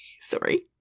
Sorry